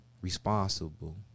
responsible